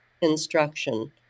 instruction